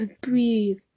breathe